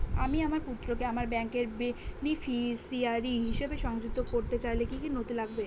আমি আমার পুত্রকে আমার ব্যাংকের বেনিফিসিয়ারি হিসেবে সংযুক্ত করতে চাইলে কি কী নথি লাগবে?